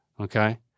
Okay